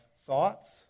thoughts